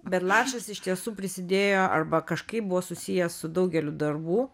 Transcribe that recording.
bet lašas iš tiesų prisidėjo arba kažkaip buvo susijęs su daugeliu darbų